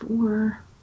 four